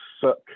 suck